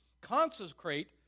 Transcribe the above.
consecrate